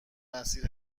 مسیر